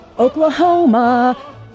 Oklahoma